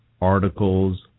articles